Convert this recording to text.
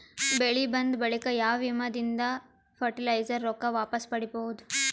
ಬೆಳಿ ಬಂದ ಬಳಿಕ ಯಾವ ವಿಮಾ ದಿಂದ ಫರಟಿಲೈಜರ ರೊಕ್ಕ ವಾಪಸ್ ಪಡಿಬಹುದು?